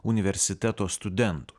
universiteto studentų